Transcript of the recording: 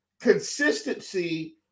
consistency